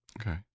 Okay